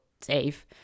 safe